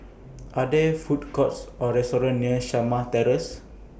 Are There Food Courts Or restaurants near Shamah Terrace